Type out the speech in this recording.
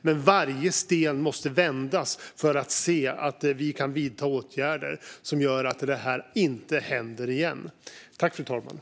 Men varje sten måste vändas på för att se om vi kan vidta åtgärder som gör att det här inte händer igen.